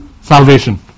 salvation